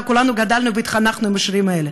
וכולנו גדלנו והתחנכנו על השירים האלה,